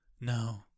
No